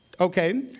Okay